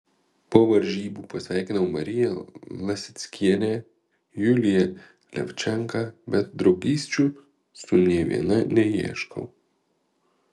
po varžybų pasveikinau mariją lasickienę juliją levčenką bet draugysčių su nė viena neieškau